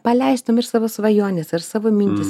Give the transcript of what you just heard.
paleistum ir savo svajones ir savo mintis